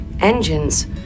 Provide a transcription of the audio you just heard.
engines